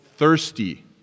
thirsty